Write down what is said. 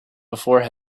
before